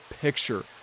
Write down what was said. picture